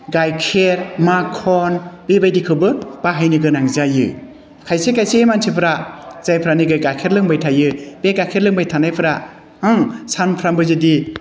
गाइखेर माखन बेबायदिखौबो बाहायनो गोनां जायो खायसे खायसे मानसिफोरा जायफोरानिकि गाइखेर लोंबाय थायो बे गाइखेर लोंबाय थानायफोरा हा सानफ्रोमबो जुदि